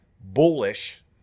bullish